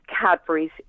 cadbury's